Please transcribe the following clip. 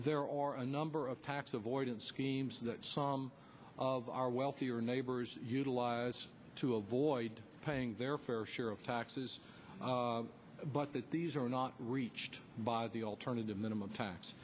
there are a number of tax avoidance schemes some of our wealthier neighbors utilize to avoid paying their fair share of taxes but that these are not reached by the alternative minimum t